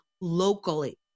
locally